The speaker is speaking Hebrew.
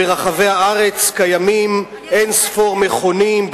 ברחבי הארץ קיימים אין-ספור מכונים,